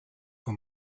for